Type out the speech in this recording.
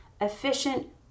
efficient